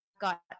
got